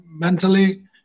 Mentally